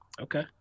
Okay